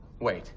Wait